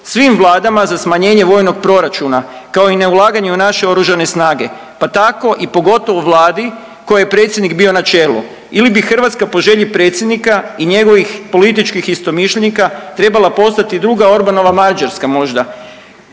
svim vladama za smanjenje vojnog proračuna kao i neulaganje u naše Oružane snage, pa tako i pogotovo Vladi kojoj je predsjednik bio na čelu. Ili bi Hrvatska po želji predsjednika i njegovih političkih istomišljenika trebala postati druga Orbanova Mađarska možda